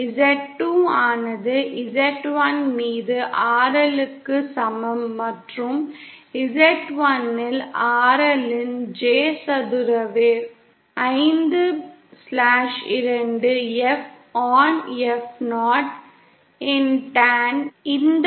Z2 ஆனது Z1 மீது RL plus J square root of RL by Z1க்கு சமம்